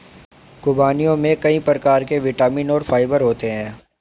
ख़ुबानियों में कई प्रकार के विटामिन और फाइबर होते हैं